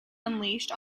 unleashed